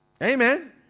Amen